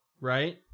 right